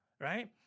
right